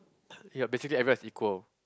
ya basically everyone is equal